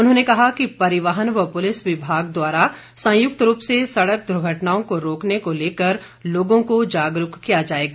उन्होंने कहा कि परिवहन व पुलिस विभाग द्वारा संयुक्त रूप से सड़क दुर्घटनाओं को रोकने को लेकर लोगों को जागरूक किया जाएगा